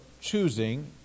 choosing